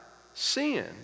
sin